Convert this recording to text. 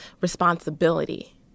responsibility